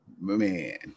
Man